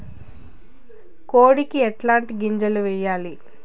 కోడికి ఎట్లాంటి గింజలు వేయాలి?